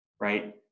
right